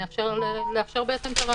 הוא נועד לאפשר את הרהביליטציה.